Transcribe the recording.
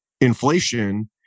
inflation